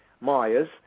Myers